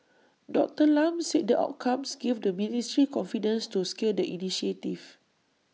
Doctor Lam said the outcomes gave the ministry confidence to scale the initiative